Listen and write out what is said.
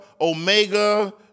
Omega